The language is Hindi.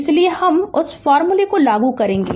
इसलिए हम उस फॉर्मूले को लागू करेंगे